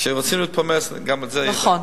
כשרוצים להתפלמס, גם את זה, נכון.